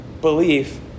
belief